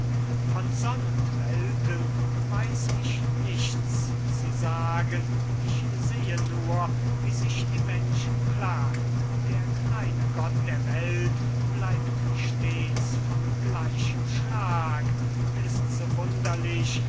von sonn und welten weiß ich nichts zu sagen ich sehe nur wie sich die menschen plagen der kleine gott der welt bleibt stets von gleichem schlag und ist so wunderlich